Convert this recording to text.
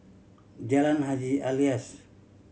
Jalan Haji Alias